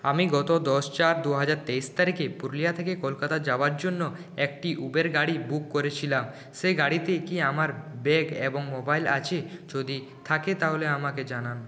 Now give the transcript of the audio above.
আমি গত দশ চার দু হাজার তেইশ তারিখে পুরুলিয়া থেকে কলকাতা যাওয়ার জন্য একটি উবের গাড়ি বুক করেছিলাম সেই গাড়িতে কি আমার ব্যাগ এবং মোবাইল আছে যদি থাকে তাহলে আমাকে জানান